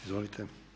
Izvolite.